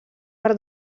per